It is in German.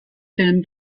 film